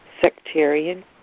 sectarian